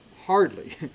Hardly